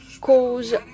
cause